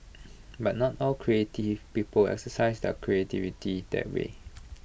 but not all creative people exercise their creativity that way